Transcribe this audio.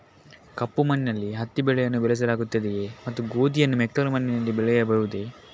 ಕಪ್ಪು ಮಣ್ಣಿನಲ್ಲಿ ಹತ್ತಿ ಬೆಳೆಯನ್ನು ಬೆಳೆಸಲಾಗುತ್ತದೆಯೇ ಮತ್ತು ಗೋಧಿಯನ್ನು ಮೆಕ್ಕಲು ಮಣ್ಣಿನಲ್ಲಿ ಬೆಳೆಯಬಹುದೇ?